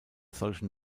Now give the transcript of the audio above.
solchen